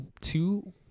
two